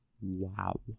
Wow